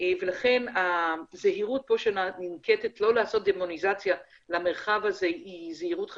ולכן הזהירות שננקטת לא לעשות דמוניזציה למרחב הזה היא זהירות חשובה.